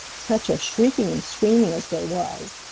such a shrieking and screaming as there was!